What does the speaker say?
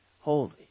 holy